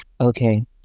Okay